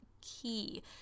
key